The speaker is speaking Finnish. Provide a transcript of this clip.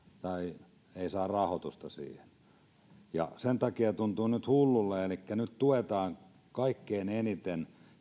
tai ei saada rahoitusta siihen sen takia tuntuu hullulta että nyt tässäkin jutussa tuetaan kaikkein eniten